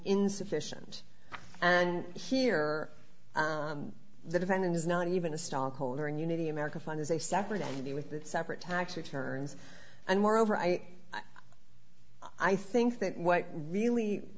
insufficient and here the defendant is not even a stockholder and unity america fund is a separate entity with the separate tax returns and moreover i i think that what really